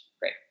great